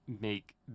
make